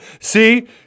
See—